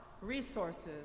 resources